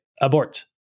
abort